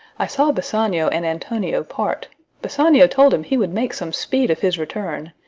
i saw bassanio and antonio part bassanio told him he would make some speed of his return.